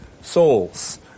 souls